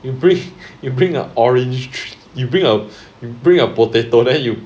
you bring you bring a orange tree you bring you bring a potato then you